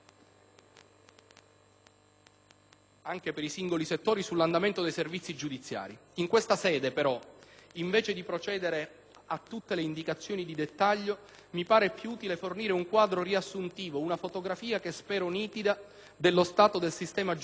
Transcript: anche per i singoli settori, sull'andamento dei servizi giudiziari. In questa sede, però, invece di procedere con tutte le indicazioni di dettaglio, mi pare più utile fornire un quadro riassuntivo, una fotografia - spero nitida - dello stato del sistema giudiziario